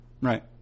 Right